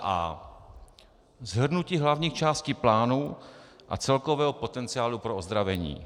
a) shrnutí hlavních částí plánu a celkového potenciálu pro ozdravení,